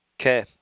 Okay